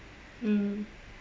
mm